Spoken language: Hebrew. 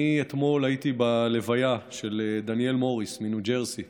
אתמול הייתי בלוויה של דניאל מוריס מניו ג'רזי,